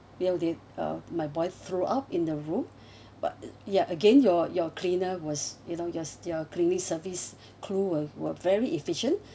you know they uh my boy threw up in the room but yeah again your your cleaner was you know just your cleaning service crew were were very efficient